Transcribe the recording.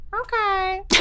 Okay